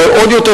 ועוד יותר,